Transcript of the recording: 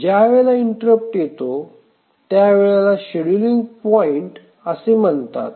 ज्या वेळेला इंटरप्ट येतो त्यावेळेला शेड्युलिंग पॉइंट असे म्हणतात